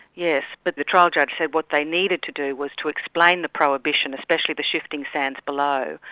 yes, but the trial judge said what they needed to do was to explain the prohibition, especially the shifting sands below,